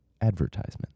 advertisement